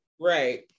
Right